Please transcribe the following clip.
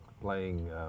playing